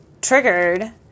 triggered